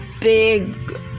big